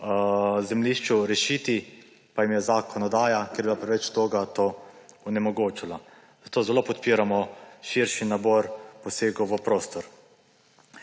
zemljišču rešiti, pa jim je zakonodaja, ker je bila preveč toga, to onemogočala. Zato zelo podpiramo širši nabor posegov v prostor.